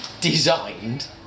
designed